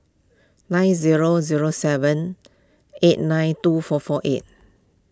nine zero zero seven eight nine two four four eight